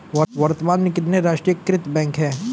वर्तमान में कितने राष्ट्रीयकृत बैंक है?